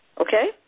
Okay